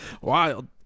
wild